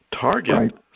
Target